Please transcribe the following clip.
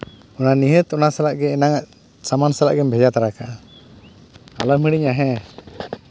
ᱚᱱᱟ ᱱᱤᱦᱟᱹᱛ ᱚᱱᱟ ᱥᱟᱞᱟᱜ ᱜᱮ ᱮᱱᱟᱱᱟᱜ ᱥᱟᱢᱟᱱ ᱥᱟᱞᱟᱜ ᱜᱮᱢ ᱵᱷᱮᱡᱟ ᱛᱟᱨᱟ ᱠᱟᱜᱼᱟ ᱟᱞᱚᱢ ᱦᱤᱲᱤᱧᱟ ᱦᱮᱸ